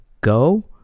go